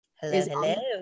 Hello